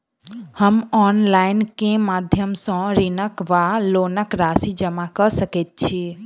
हम ऑनलाइन केँ माध्यम सँ ऋणक वा लोनक राशि जमा कऽ सकैत छी?